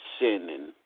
sinning